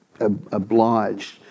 obliged